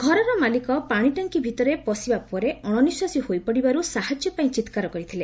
ଘରର ମାଲିକ ପାଣି ଟାଙ୍କି ଭିତରେ ପସିବା ପରେ ଅଣନିଶ୍ୱାସୀ ହୋଇପଡ଼ିବାରୁ ସାହାଯ୍ୟ ପାଇଁ ଚିତ୍କାର କରିଥିଲେ